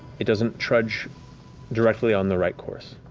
it doesn't trudge directly on the right course.